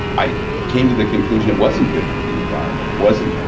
i came to the conclusion it wasn't good for the environment. it wasn't.